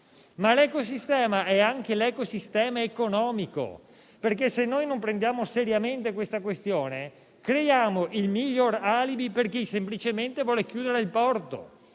Ma l'ecosistema è anche l'ecosistema economico, perché se noi non consideriamo seriamente questa questione creiamo il miglior alibi per chi, semplicemente, vuole chiudere il porto.